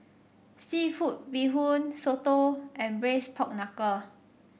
seafood Bee Hoon soto and braise Pork Knuckle